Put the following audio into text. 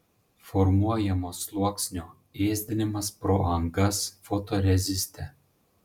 formuojamo sluoksnio ėsdinimas pro angas fotoreziste